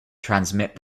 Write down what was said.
transmit